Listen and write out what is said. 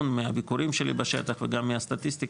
מהביקורים שלי בשטח וגם מהסטטיסטיקה,